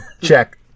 check